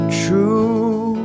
true